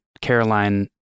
Caroline